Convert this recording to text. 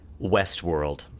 Westworld